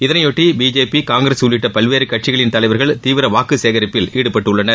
இதனையொட்டி பிஜேபி காங்கிரஸ் உள்ளிட்ட பல்வேறு கட்சிகளின் தலைவர்கள் தீவிரவாக்கு சேகரிப்பில் ஈடுபட்டுள்ளனர்